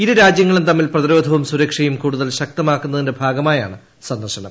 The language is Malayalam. ഇരു രാജ്യ ങ്ങളും തമ്മിൽ പ്രതിരോധവും സുരക്ഷയും കൂടുതൽ ശക്തമാക്കുന്ന തിന്റെ ഭാഗമായാണ് സന്ദർശനം